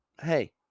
hey